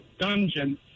dungeon